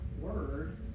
word